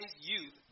youth